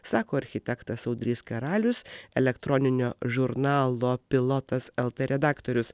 sako architektas audrys karalius elektroninio žurnalo pilotas lt redaktorius